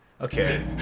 Okay